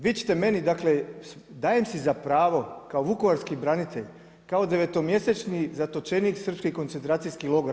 Vi ćete meni, dakle, dajem si za pravo, kao vukovarski branitelj, kao 9. mjesečni zatočenik srpskih koncentracijskih logora.